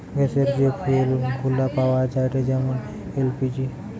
গ্যাসের যে ফুয়েল গুলা পাওয়া যায়েটে যেমন এল.পি.জি